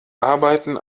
arbeiten